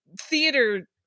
theater